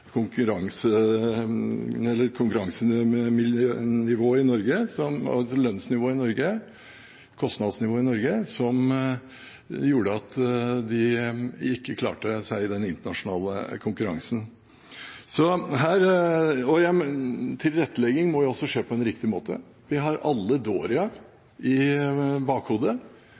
og kostnadsnivå i Norge som gjorde at de ikke klarte seg i den internasjonale konkurransen. Tilrettelegging må jo også skje på en riktig måte. Vi har alle